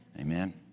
Amen